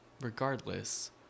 regardless